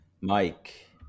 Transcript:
Mike